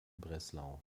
breslau